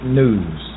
news